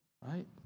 Right